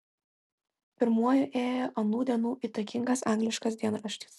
pirmuoju ėjo anų dienų įtakingas angliškas dienraštis